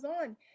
on